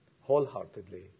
wholeheartedly